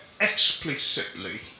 explicitly